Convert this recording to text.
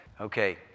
Okay